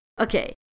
Okay